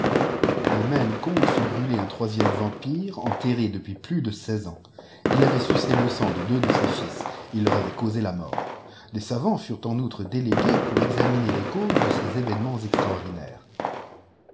le même comte fit brûler un troisième vampire enterré depuis plus de seize ans il avait sucé le sang de deux de ses fiis et leur avait causé la mort des savants furent en outre délués pour examiner les causes de ces événements extraordinaires